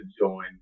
join